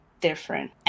different